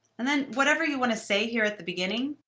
and then whatever you want to say here at the beginning.